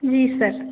जी sir